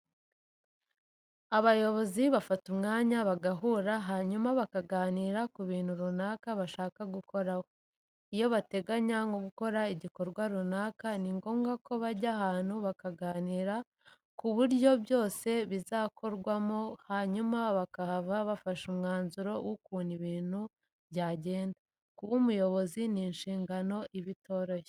Abayobozi bafata umwanya bagahura hanyuma bakaganira ku bintu runaka bashaka kugeraho. Iyo bateganya nko gukora igikorwa runaka, ni ngombwa ko bajya ahantu bakaganira ku buryo bwose bizakorwamo hanyuma bakahava bafashe umwanzuro w'ukuntu ibintu byagenda. Kuba umuyobozi ni inshingano iba itoroshye.